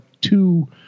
two